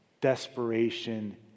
Desperation